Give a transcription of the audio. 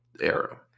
era